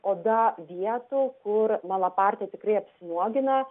oda vietų kur malapartė tikrai apsinuogina